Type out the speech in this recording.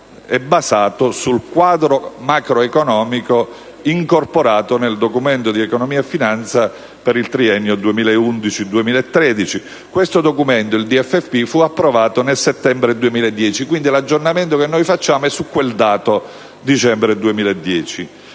iniziale è basato sul quadro macroeconomico incorporato nella Decisione di finanza pubblica per il triennio 2011-2013. Questo documento, il DFP, fu approvato nel settembre 2010, quindi l'aggiornamento che noi facciamo è su quel dato del dicembre 2010.